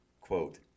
Quote